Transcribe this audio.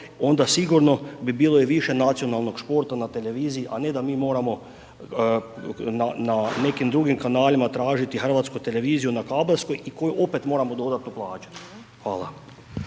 Onda sigurno bi bilo i više nacionalnog športa na televiziji, a ne da mi moramo na nekim drugim kanalima tražiti hrvatsku televiziju na kabelskoj i koju opet moramo dodatno plaćati. Hvala.